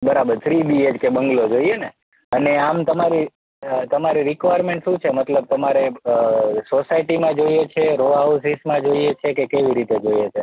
બરાબર three BHK bungalow જોઈએને અને આમ તમારી તમારી રિક્વાયરમેંટ શું છે મતલબ તમારે અ સોસાયટીમાં જોઈએ છે કે રો હાઉસ એ રીતના જોઈએ છે કે કેવી રીતે જોઈએ છે